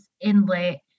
inlet